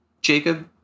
Jacob